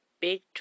Big